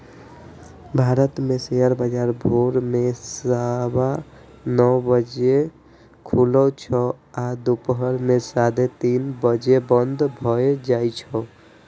भारत मे शेयर बाजार भोर मे सवा नौ बजे खुलै छै आ दुपहर मे साढ़े तीन बजे बंद भए जाए छै